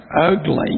ugly